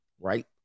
right